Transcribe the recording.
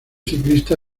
ciclista